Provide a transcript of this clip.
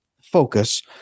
focus